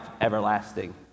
everlasting